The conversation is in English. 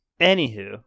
Anywho